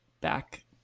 back